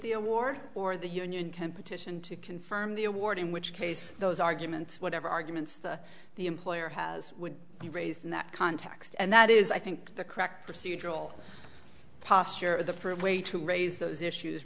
the award or the union can petition to confirm the award in which case those arguments whatever arguments the the employer has would be raised in that context and that is i think the correct procedure will posture of the proof way to raise those issues